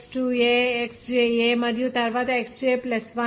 Xja మరియు తరువాత Xj 1